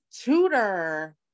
tutor